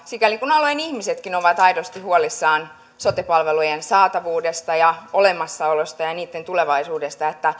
sikäli kuin alueen ihmisetkin ovat aidosti huolissaan tästä kaksikielisyydestä ja sote palvelujen saatavuudesta ja olemassaolosta ja ja niitten tulevaisuudesta